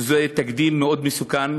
שזהו תקדים מאוד מסוכן,